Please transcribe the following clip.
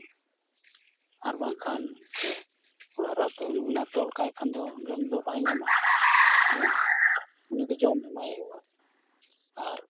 ᱟᱨ ᱵᱟᱝᱠᱷᱟᱱ ᱚᱲᱟᱜ ᱨᱮᱦᱚᱸ ᱛᱚ ᱢᱟᱱᱮ ᱛᱚᱞ ᱠᱷᱟᱭ ᱫᱚ ᱡᱚᱢ ᱫᱚ ᱵᱟᱭ ᱧᱟᱢᱟ ᱦᱮᱸ ᱡᱩᱫᱤ ᱮᱢ ᱮᱢᱟᱭ ᱦᱩᱭᱩᱜᱼᱟ ᱟᱨ